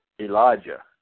Elijah